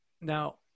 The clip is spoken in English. now